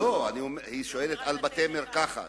היא שואלת על בתי-מרקחת.